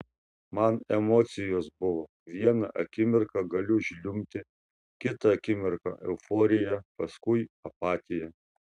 man emocijos buvo vieną akimirką galiu žliumbti kitą akimirką euforija paskui apatija